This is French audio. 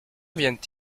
viennent